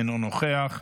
אינו נוכח,